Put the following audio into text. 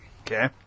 Okay